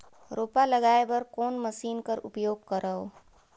रोपा लगाय बर कोन मशीन कर उपयोग करव?